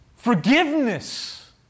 forgiveness